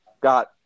got